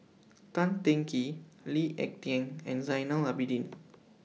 Tan Teng Kee Lee Ek Tieng and Zainal Abidin